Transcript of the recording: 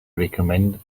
recommend